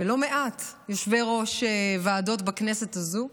לא מעט מיושבי-ראש הוועדות בכנסת הזו,